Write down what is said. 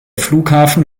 flughafen